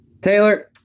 Taylor